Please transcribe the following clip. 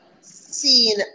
seen